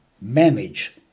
manage